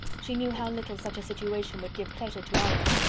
she knew how little such a situation would give pleasure to either,